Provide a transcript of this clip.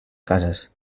cases